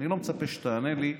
אני לא מצפה שתענה לי,